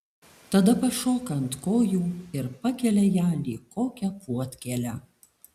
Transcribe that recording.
tada pašoka ant kojų ir pakelia ją lyg kokią puodkėlę